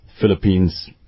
Philippines